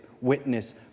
witness